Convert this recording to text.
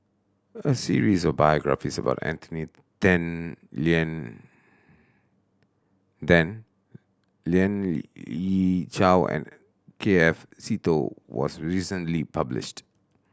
a series of biographies about Anthony Then Lien Then Lien Ying Chow and K F Seetoh was recently published